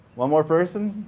one more person?